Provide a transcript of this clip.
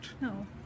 No